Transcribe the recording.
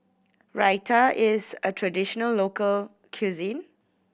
Raita is a traditional local cuisine